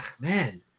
man